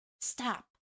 stop